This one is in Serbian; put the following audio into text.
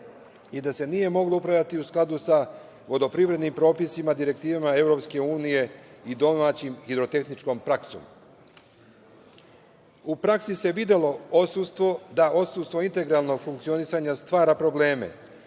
i da se nije moglo upravljati u skladu sa vodoprivrednim propisima, direktivama EU i domaćom praksom.U praksi se videlo da odsustvo integralnog funkcionisanja stvara probleme.